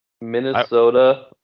Minnesota